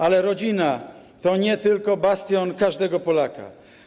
Ale rodzina to nie tylko bastion każdego Polaka.